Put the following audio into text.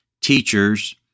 teachers